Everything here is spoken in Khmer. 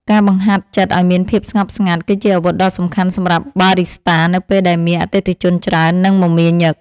ការបង្ហាត់ចិត្តឱ្យមានភាពស្ងប់ស្ងាត់ គឺជាអាវុធដ៏សំខាន់សម្រាប់បារីស្តានៅពេលដែលមានអតិថិជនច្រើន និងមមាញឹក។